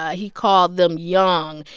ah he called them young,